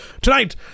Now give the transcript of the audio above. Tonight